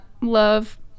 love